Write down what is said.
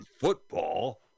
football